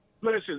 Listen